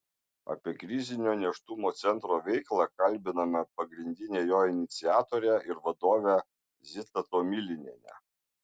apie krizinio nėštumo centro veiklą kalbiname pagrindinę jo iniciatorę ir vadovę zitą tomilinienę